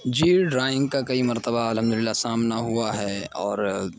جی drawing کا کئی مرتبہ الحمد للہ سامنا ہوا ہے اور